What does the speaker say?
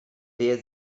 der